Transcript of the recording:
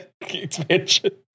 expansion